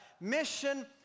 Mission